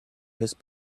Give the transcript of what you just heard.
his